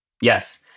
Yes